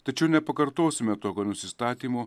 tačiau nepakartosime tokio nusistatymo